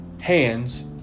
hands